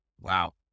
Wow